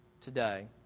today